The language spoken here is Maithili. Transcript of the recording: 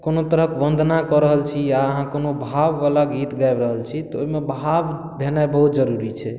कोनो तरहक वन्दना कऽ रहल छी अहाँ कोनो भाव वाला गीत गाबि रहल छी तऽ ओहिमे भाव भेनाइ बहुत जरुरी छै